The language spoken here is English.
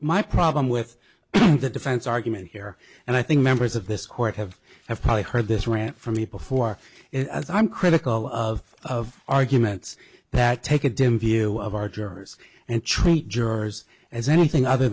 my problem with the defense argument here and i think members of this court have have probably heard this rant from me before it as i'm critical of arguments that take a dim view of our jurors and treat jurors as anything other